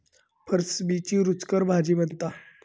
फरसबीची रूचकर भाजी बनता